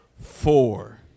four